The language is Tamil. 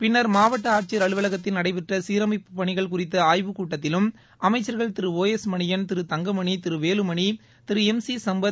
பின்னர் மாவட்ட ஆட்சியர் அலுவலகத்தில் நடைபெற்ற சீரமைப்பு பணிகள் குறித்த ஆய்வுக் கூட்டத்திலும் அமைச்சாகள் திரு ஓ எஸ் மணியன் திரு தங்கமணி திரு வேலுமணி திரு எம் சி சம்பத்